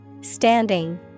Standing